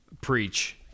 Preach